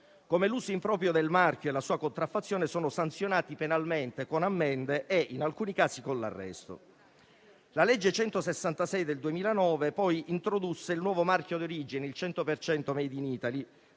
l'uso improprio del marchio e la sua contraffazione sono quindi sanzionati penalmente con ammende e, in alcuni casi, con l'arresto. La legge n. 166 del 2009 poi introdusse il nuovo marchio di origine, il "100 per cento